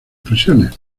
presiones